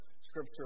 scripture